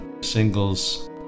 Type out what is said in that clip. singles